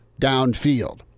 downfield